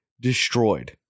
destroyed